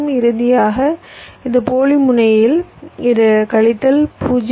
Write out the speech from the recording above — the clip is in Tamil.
இறுதியாக இந்த போலி முனையில் இது கழித்தல் 0